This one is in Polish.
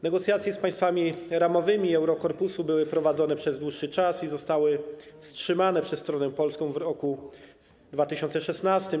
Negocjacje z państwami ramowymi Eurokorpusu były prowadzone przez dłuższy czas i zostały wstrzymane przez stronę polską w roku 2016.